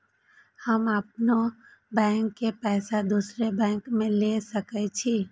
हम अपनों बैंक के पैसा दुसरा बैंक में ले सके छी?